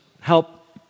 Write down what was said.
help